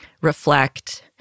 reflect